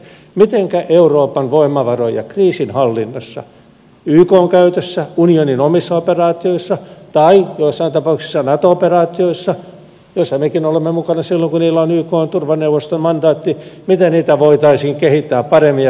mitenkä euroopan voimavaroja kriisinhallinnassa ykn käytössä unionin omissa operaatioissa tai joissain tapauksissa nato operaatioissa joissa mekin olemme mukana silloin kun niillä on ykn turvaneuvoston mandaatti voitaisiin kehittää paremmin ja käyttää tehokkaammin